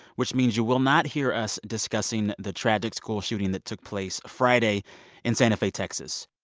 which means you will not hear us discussing the tragic school shooting that took place friday in santa fe, texas.